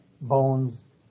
bones